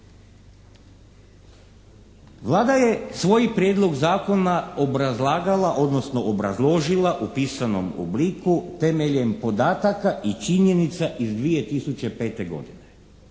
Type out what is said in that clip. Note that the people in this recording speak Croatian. Vlada je svoj prijedlog zakona obrazlagala, odnosno obrazložila u pisanom obliku temeljem podataka i činjenica iz 2005. godine